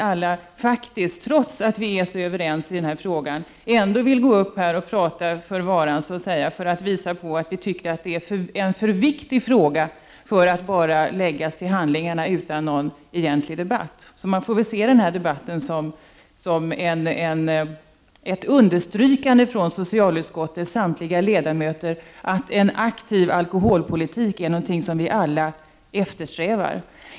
Alla vill vi ju, trots att vi är så överens i denna fråga, gå upp och så att säga tala för varan för att visa på att frågan är för viktig för att bara läggas till handlingarna utan någon egentlig debatt. Debatten får mot den bakgrunden ses som ett understrykande från socialutskottets samtliga ledamöter av att en aktiv alkoholpolitik är någonting som vi alla eftersträvar.